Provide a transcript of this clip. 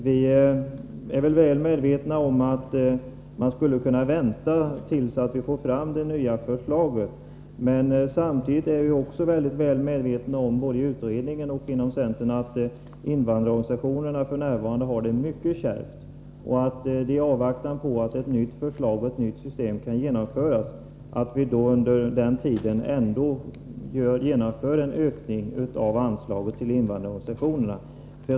Vi är väl medvetna om att man skulle kunna vänta till dess det nya förslaget föreligger — men samtidigt är vi mycket medvetna om, både inom utredningen och inom centern, att invandrarorganisationerna f. n. har det mycket kärvt. I avvaktan på ett nytt förslag och genomförandet av ett nytt system bör vi ändå genomföra en ökning av anslaget till invandrarorganisationerna.